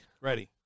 Ready